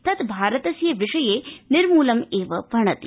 तत् भारतस्य विषये निर्मूलं भणति